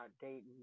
dating